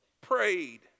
prayed